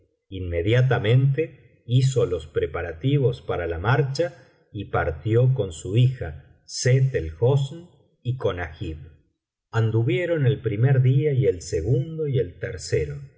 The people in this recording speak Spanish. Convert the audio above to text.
inmediatamente hizo los preparativos para la marcha y partió con su hija sett el hosn y con agib anduvieron el primer día y el segundo y el tercero